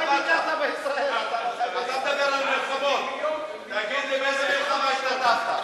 אתה מדבר על מלחמות, תגיד לי, באיזו מלחמה השתתפת?